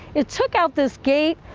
it took out this gate.